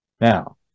Now